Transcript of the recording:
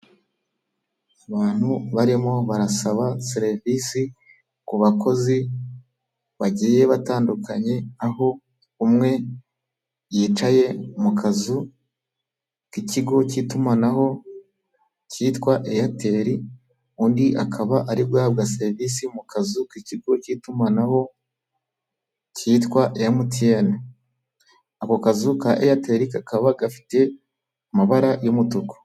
Abantu barimo barasaba serivisi ku bakozi bagiye batandukanye aho umwe yicaye mu kazu k'ikigo cy'itumanaho cyitwa eyateri, undi akaba ari guhabwa serivisi mu kazu k'ikigo cy'itumanaho kitwa emutiyeni ako kazu ka eyateri kakaba gafite amabara y'umutuku.